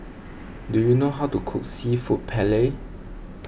do you know how to cook Seafood Paella